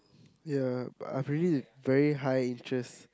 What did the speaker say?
ya I've very very high interest